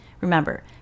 Remember